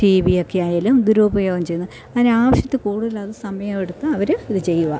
T വിയിലൊക്കെയായാലും ദുരുപയോഗം ചെയ്യുന്ന അതിനാവശ്യത്തിൽ കൂടുതലത് സമയം എടുത്ത് അവർ ഇതു ചെയ്യുവാ